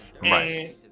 Right